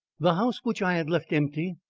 the house which i had left empty,